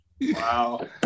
Wow